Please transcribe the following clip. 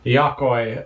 jakoi